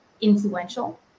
influential